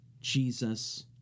Jesus